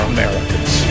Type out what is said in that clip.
Americans